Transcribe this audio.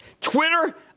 Twitter